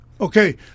Okay